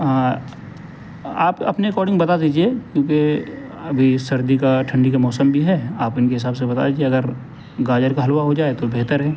آپ اپنے اکاڈنگ بتا دیجیے کیوںکہ ابھی سردی کا ٹھنڈی کا موسم بھی ہے آپ ان کے حساب سے بتا دیجیے اگر گاجر کا حلوا ہو جائے تو بہتر ہے